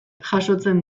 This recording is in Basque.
jasotzen